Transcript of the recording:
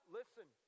listen